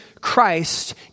Christ